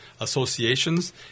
associations